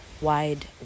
Wide